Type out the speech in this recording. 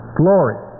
glory